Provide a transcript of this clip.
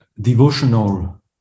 devotional